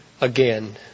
again